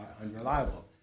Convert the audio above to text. unreliable